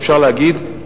אפשר להגיד,